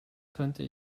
könnte